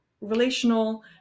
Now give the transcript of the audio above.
relational